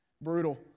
brutal